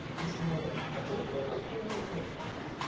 i'm just gonna put a little tiny bit right there.